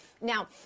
Now